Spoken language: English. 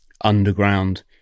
underground